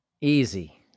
Easy